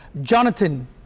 Jonathan